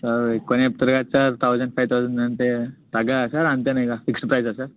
ఎక్కువనే చెప్తున్నారు కద సార్ తౌసండ్ ఫైవ్ తౌసండ్ అంటే తగ్గదా సార్ అంతేనా ఇక ఫిక్సెడ్ ప్రైజా సార్